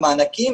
מענקים,